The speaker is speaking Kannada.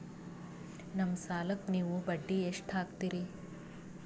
ನಮ್ಮ ಸಾಲಕ್ಕ ನೀವು ಬಡ್ಡಿ ಎಷ್ಟು ಹಾಕ್ತಿರಿ?